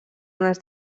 unes